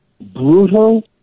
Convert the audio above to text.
brutal